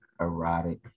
erotic